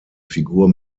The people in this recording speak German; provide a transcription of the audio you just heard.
figur